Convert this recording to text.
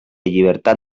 llibertat